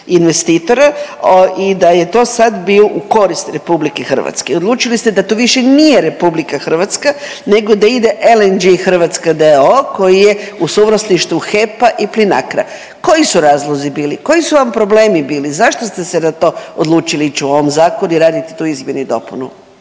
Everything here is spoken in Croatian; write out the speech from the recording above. investitora i da je to sad bio u korist RH. Odlučili ste da to više nije RH nego da ide LNG Hrvatska d.o.o. koji je u suvlasništvu HEP-a i Plinacroa. Koji su razlozi bili? Koji su vam problemi bili? Zašto ste se na to odlučili ići u ovom zakonu i raditi tu izmjenu i dopunu?